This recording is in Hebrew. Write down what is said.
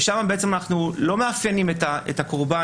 ושם בעצם אנחנו לא מאפיינים את הקורבן,